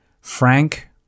Frank